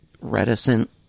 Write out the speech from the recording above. reticent